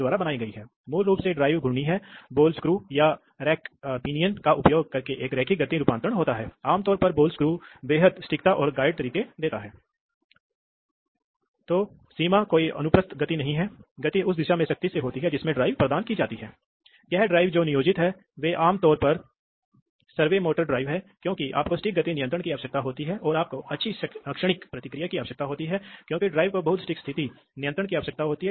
तो ऐसा किया जाता है यह एक है आप जानते हैं कि यह एक विशिष्ट निर्माण है मूल विचार यह है कि जब दबाव बनाने और वास्तविक वाल्व को स्थानांतरित करने के लिए हवा बह रही है यदि आप बस एक चैंबर को अपने रास्ते पर रखते हैं तो कुछ समय में होगा पायलट से आने वाली हवा के लिए आवश्यक है कि दबाव से पहले उस कक्ष को भरने के लिए और मुख्य वाल्व को शिफ्ट किया जा सके इसलिए समय की देरी होगी इसलिए अब चैंबर की मात्रा के आधार पर आप परिवर्तनशील समय देरी बना सकते हैं